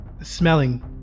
smelling